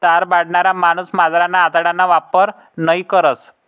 तार बनाडणारा माणूस मांजरना आतडाना वापर नयी करस